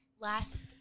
Last